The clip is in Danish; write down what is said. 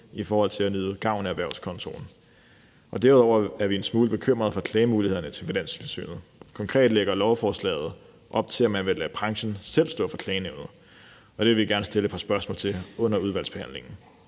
i forhold til at nyde gavn af erhvervskontoen. Derudover er vi en smule bekymrede over klagemulighederne i Finanstilsynet. Konkret lægger lovforslaget op til, at man vil lade branchen selv stå for klagenævnet, og det vil vi gerne stille et par spørgsmål om under udvalgsbehandlingen.